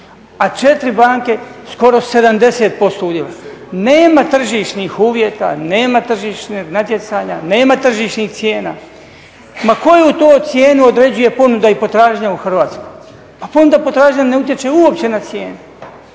a 4 banke skoro 70% udjela. Nema tržišnih uvjeta, nema tržišnih natjecanja, nema tržišnih cijena. Ma koju to cijenu određuje ponuda i potražnja u Hrvatskoj. Pa ponuda i potražnja ne utječe uopće na cijene